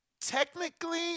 Technically